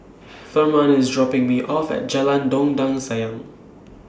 Thurman IS dropping Me off At Jalan Dondang Sayang